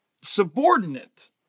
subordinate